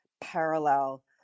parallel